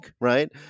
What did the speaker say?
right